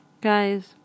Guys